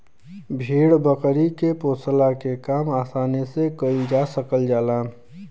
भेड़ बकरी के पोसला के काम आसानी से कईल जा सकल जाला